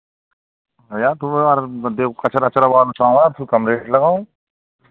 अरे यार थोड़ा देखो कचरा अचरा वाला चावल है फिर कम रेट लगाओ